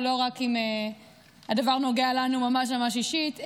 לא רק אם הדבר נוגע לנו ממש ממש אישית,